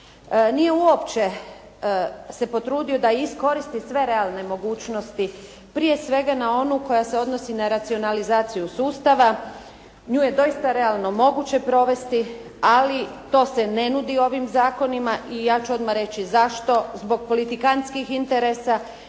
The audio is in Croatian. nije uopće se potrudio da iskoristi sve realne mogućnosti prije svega na onu koja se odnosi na racionalizaciju sustava. Nju je doista realno moguće provesti, ali to se ne nudi ovim zakonima. I ja ću odmah reći zašto. Zbog politikanskih interesa